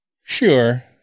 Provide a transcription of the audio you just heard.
sure